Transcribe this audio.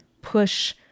push